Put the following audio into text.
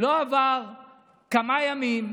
לא עברו כמה ימים,